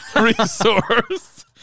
Resource